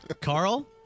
carl